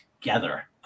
together